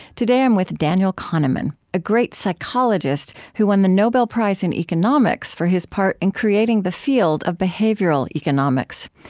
today, i'm with daniel kahneman, a great psychologist who won the nobel prize in economics for his part in creating the field of behavioral economics.